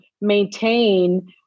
maintain